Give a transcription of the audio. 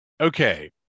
Okay